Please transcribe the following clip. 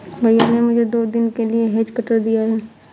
भैया ने मुझे दो दिन के लिए हेज कटर दिया है